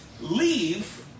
leave